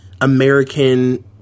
american